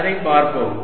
அதைப் பார்ப்போம்